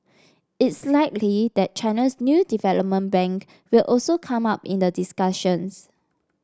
it's likely that China's new development bank will also come up in the discussions